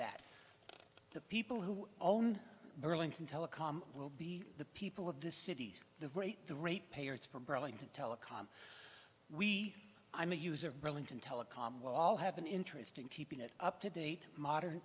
that the people who own burlington telecom will be the people of the cities the rate the rate payers from burlington telecom we i'm a user of burlington telecom will all have an interesting keeping it up to date modern